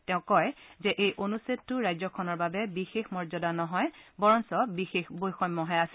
তেওঁ কয় যে এই অনুচ্ছেদটো ৰাজ্যখনৰ বাবে বিশেষ মৰ্যাদা নহয় বৰঞ্চ বিশেষ বৈষম্যহে আছিল